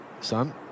son